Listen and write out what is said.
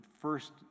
first